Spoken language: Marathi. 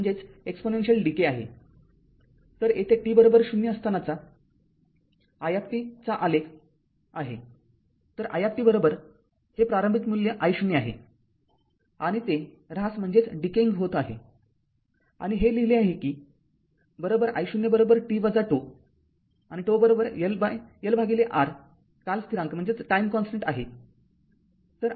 तरयेथे t 0 असतानाचा i t चा आलेख आहे तर i t हे प्रारंभिक मूल्य I0 आहे आणि ते ऱ्हास होत आहे आणि हे लिहिले आहे कि I0 t τ आणि τ L R कालस्थिरांक आहे